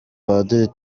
padiri